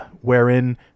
Wherein